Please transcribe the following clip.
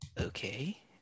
Okay